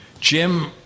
Jim